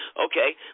okay